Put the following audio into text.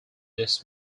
this